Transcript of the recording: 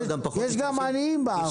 יש גם עניים בערים.